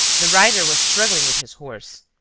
the rider was struggling with his horse.